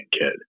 kid